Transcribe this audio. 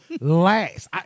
last